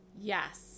Yes